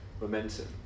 momentum